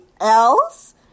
else